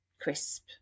crisp